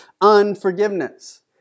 unforgiveness